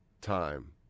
time